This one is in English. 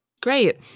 Great